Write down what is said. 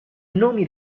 nomi